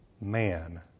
man